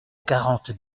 quarante